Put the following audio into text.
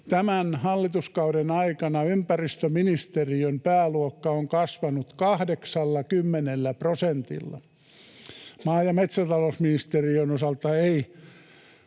tämän hallituskauden aikana ympäristöministeriön pääluokka on kasvanut 80 prosentilla. Maa- ja metsätalousministeriön osalta ei